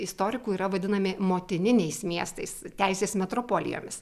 istorikų yra vadinami motininiais miestais teisės metropolijomis